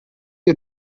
you